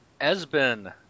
esben